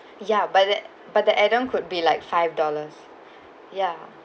ya but that but the item could be like five dollars ya